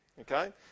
okay